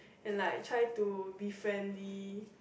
and like try to be friendly